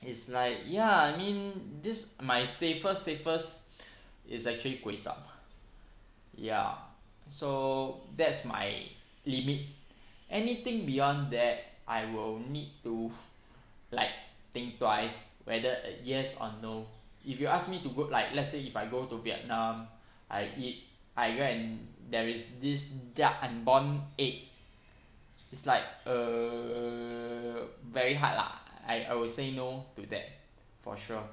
it's like ya I mean this my safest safest is actually kueh-chup ya so that's my limit anything beyond that I will need to like think twice whether a yes or no if you ask me to go like let's say if I go to vietnam I eat I go and there is this du~ unborn egg it's like err very hard lah I I will say no to that for sure